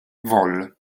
vol